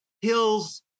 Hill's